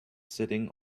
sitting